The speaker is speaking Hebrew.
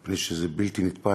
מפני שזה בלתי נתפס.